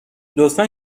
لطفا